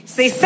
Say